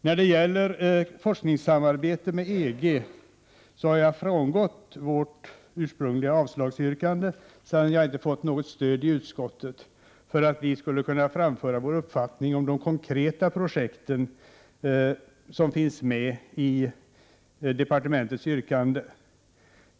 När det gäller forskningssamarbete med EG har jag frångått vårt ursprungliga avslagsyrkande, sedan jag inte fått något stöd i utskottet för att vi skulle kunna framföra vår uppfattning om de konkreta projekt som finns med i departementets yrkande.